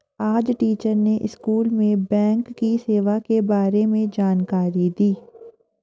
आज टीचर ने स्कूल में बैंक की सेवा के बारे में जानकारी दी